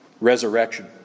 Resurrection